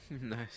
nice